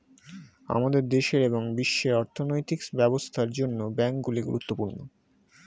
আমাদের দেশের এবং বিশ্বের অর্থনৈতিক ব্যবস্থার জন্য ব্যাংকগুলি গুরুত্বপূর্ণ